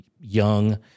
young